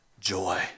joy